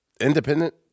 independent